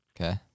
Okay